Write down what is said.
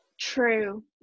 True